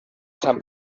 san